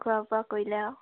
খোৱা বােৱা কৰিলে আৰু